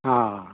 ஆ